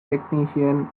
technician